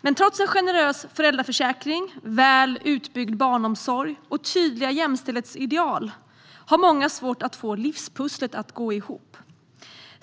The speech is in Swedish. Men trots en generös föräldraförsäkring, en väl utbyggd barnomsorg och tydliga jämställdhetsideal har många svårt att få livspusslet att gå ihop.